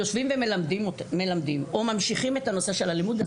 יושבים ומלמדים או ממשיכים את הנושא של הלימוד,